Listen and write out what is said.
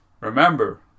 remember